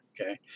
okay